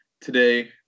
Today